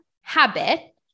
habit